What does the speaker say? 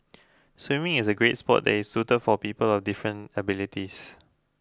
swimming is a great sport that is suited for people of different abilities